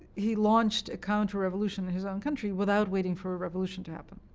he launched a counterrevolution in his own country without waiting for a revolution to happen,